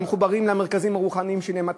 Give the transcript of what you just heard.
הם מחוברים למרכזים הרוחניים שלהם,